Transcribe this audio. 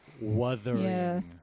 Wuthering